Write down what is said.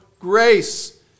grace